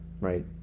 right